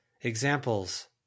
Examples